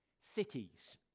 Cities